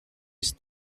است